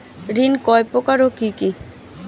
ঋণ কয় প্রকার ও কি কি?